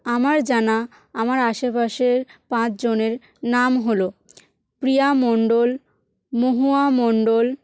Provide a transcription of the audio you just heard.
আমার জানা আমার আশেপাশের পাঁচজনের নাম হল প্রিয়া মণ্ডল মহুয়া মণ্ডল